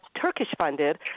Turkish-funded